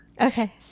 Okay